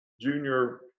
junior